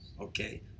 Okay